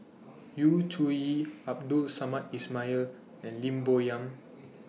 Yu Zhuye Abdul Samad Ismail and Lim Bo Yam